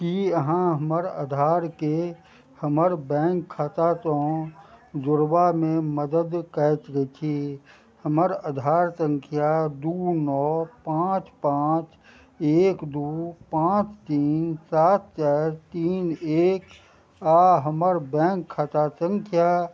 की अहाँ हमर आधारके हमर बैंक खाता सऽ जोड़बामे मदद कऽ सकैत छी हमर आधार संख्या दू नओ पाँच पाँच एक दू पाँच तीन सात चारि तीन एक आ हमर बैंक खाता संख्या